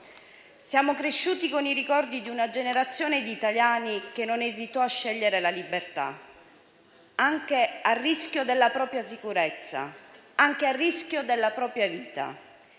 Siamo cresciuti con i ricordi di una generazione di italiani che non esitò a scegliere la libertà, anche a rischio della propria sicurezza, anche a rischio della propria vita.